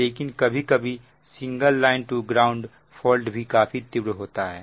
लेकिन कभी कभी single line to ground fault भी काफी तीव्र होता है